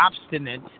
obstinate